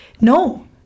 no